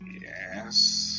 yes